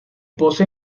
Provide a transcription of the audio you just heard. posa